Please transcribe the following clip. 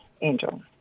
angel